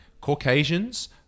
Caucasians